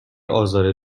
آزار